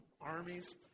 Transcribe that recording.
armies